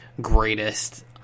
greatest